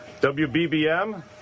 wbbm